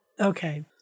Okay